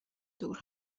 دور